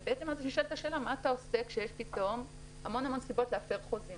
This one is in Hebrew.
ואז נשאלת השאלה מה אתה עושה כשיש פתאום המון המון סיבות להפר חוזים,